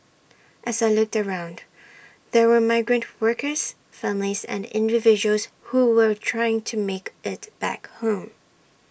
as I looked around there were migrant workers families and individuals who were trying to make IT back home